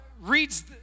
reads